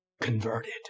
converted